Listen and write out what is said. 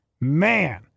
man